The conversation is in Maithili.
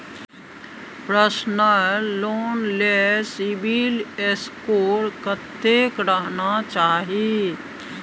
पर्सनल लोन ले सिबिल स्कोर कत्ते रहना चाही?